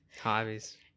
Hobbies